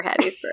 Hattiesburg